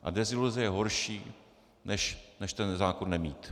A deziluze je horší, než ten zákon nemít.